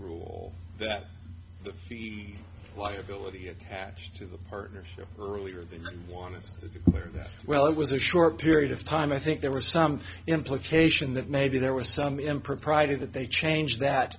rule that the fee why ability attach to the partners earlier than one is that well it was a short period of time i think there was some implication that maybe there was some impropriety that they changed that